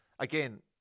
Again